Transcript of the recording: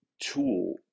tool